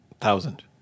Thousand